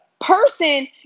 person